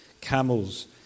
camels